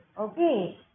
Okay